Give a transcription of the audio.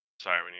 Sorry